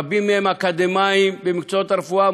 רבים מהם אקדמאים במקצועות הרפואה,